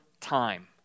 time